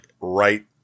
right